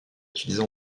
utilisée